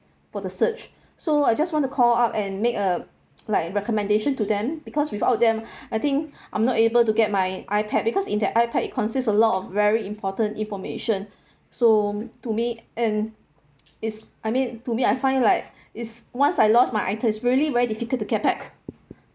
for the search so I just want to call up and make a like a recommendation to them because without them I think I'm not able to get my ipad because in the ipad it consist a lot of very important information so to me and it's I mean to me I find like it's once I lost my items it's really very difficult to get back